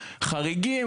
חריגים,